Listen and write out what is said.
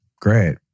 Great